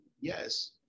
yes